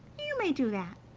you may do that,